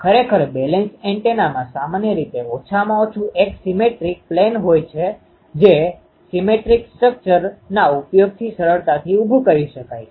ખરેખર બેલેન્સડ એન્ટેનાantennaતરંગ ગ્રાહકમાં સામાન્ય રીતે ઓછામાં ઓછું એક સીમેટ્રિકsymmetricસપ્રમાણ પ્લેનplaneસપાટી હોય છે જે સીમેટ્રિક સ્ટ્રક્ચર structureમાળખા ના ઉપયોગથી સરળતાથી ઉભું કરી શકાય છે